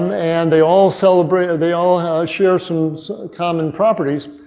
and they all celebrate they all share some common properties.